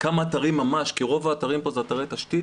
כמה אתרים ממש כי רוב האתרים פה הם אתרי תשתית